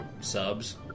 subs